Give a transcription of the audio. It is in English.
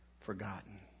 forgotten